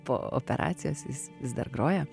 po operacijos jis vis dar groja